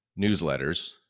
newsletters